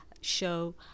show